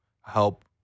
help